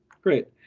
great